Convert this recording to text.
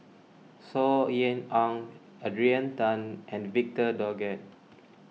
Saw Ean Ang Adrian Tan and Victor Doggett